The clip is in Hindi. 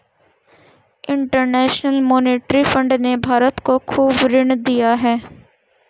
इंटरेनशनल मोनेटरी फण्ड ने भारत को खूब ऋण दिया है